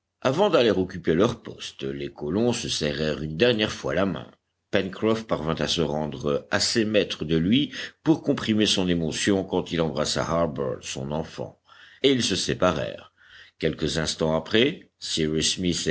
avant d'aller occuper leur poste les colons se serrèrent une dernière fois la main pencroff parvint à se rendre assez maître de lui pour comprimer son émotion quand il embrassa harbert son enfant et ils se séparèrent quelques instants après cyrus